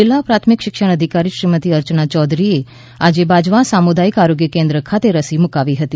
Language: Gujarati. જિલ્લા પ્રાથમિક શિક્ષણ અધિકારી શ્રીમતી અર્ચના યૌધરીએ આજે બાજવા સામુદાયિક આરોગ્ય કેન્દ્ર ખાતે રસી મૂકાવી હતી